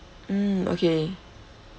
mm okay